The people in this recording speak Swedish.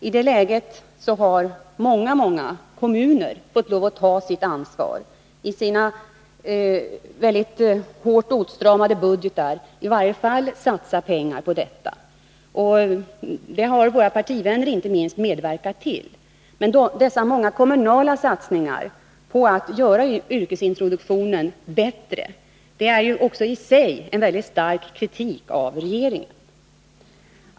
I det läget har många kommuner fått lov att ta sitt ansvar och i sina mycket hårt åtstramade budgetar ändå satsa pengar på detta. Det har inte minst våra partivänner medverkat till. Men dessa många kommunala satsningar på att göra yrkesintroduktionen bättre innebär också en mycket stark kritik av regeringen.